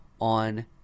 on